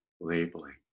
labeling